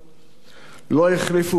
"לא החליפו בגדם,